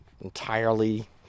entirely